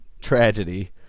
tragedy